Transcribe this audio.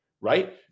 right